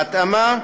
בהתאמה,